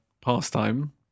pastime